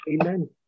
Amen